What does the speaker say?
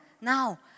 now